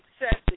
success